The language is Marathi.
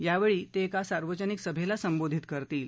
यावेळी ते एका सार्वजनिक सभेला संबोधित करतील